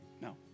no